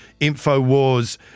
InfoWars